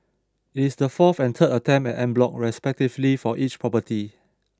it is the fourth and third attempt at en bloc respectively for each property